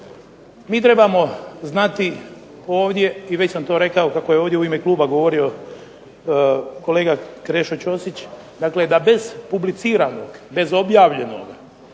MI trebamo znati ovdje i već sam to rekao kako je ovdje u ime Kluba govorio kolega Krešo Ćosić da bez publiciranoga, bez objavljenoga